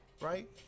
right